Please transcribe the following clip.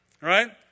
right